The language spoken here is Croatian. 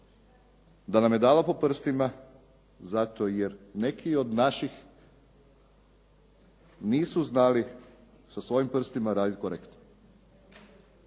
da nam je dala po prstima zato jer neki od naših nisu znali sa svojim prstima radit korektno.